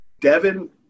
Devin